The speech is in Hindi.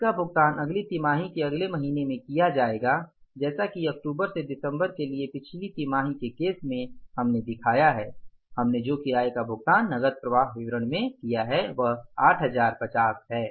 इसका भुगतान अगली तिमाही के पहले महीने में किया जाएगा जैसा कि अक्टूबर से दिसंबर के लिए पिछली तिमाही के केस में हमने दिखाया है कि हमने जो किराए का भुगतान नकद प्रवाह विवरण में किया है वह 8050 है